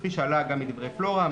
כפי שעלה גם מדברי פלורה,